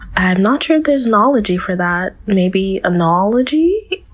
i'm not sure there's an ology for that. maybe anology?